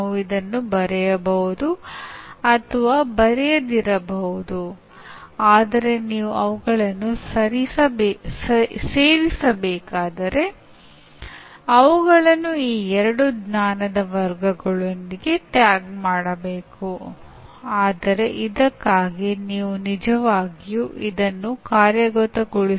ಇದರ ಅರ್ಥವೇನೆಂದರೆ ಇದು ಸ್ವಯಂ ನಿರ್ಧರಿಸಿದ ಕಲಿಕೆಯ ಒಂದು ರೂಪವಾಗಿದೆ ಇದು ಪಚಾರಿಕ ಮತ್ತು ಅನೌಪಚಾರಿಕ ಸಂದರ್ಭಗಳಲ್ಲಿ ಕಲಿಕೆ ಮತ್ತು ಬೋಧನೆಯನ್ನು ಕಲಿಯುವವರ ಕೇಂದ್ರೀಕತೆಯಿಂದ ನಡೆಸುತ್ತದೆ